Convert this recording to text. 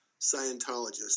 Scientologists